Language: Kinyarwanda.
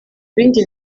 bindi